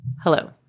Hello